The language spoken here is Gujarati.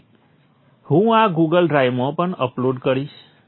તેથી હું આ ગૂગલ ડ્રાઇવમાં પણ અપલોડ કરીશ